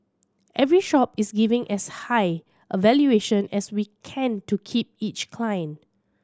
every shop is giving as high a valuation as we can to keep each client